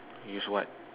use what